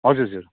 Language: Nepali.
हजुर हजुर